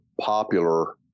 popular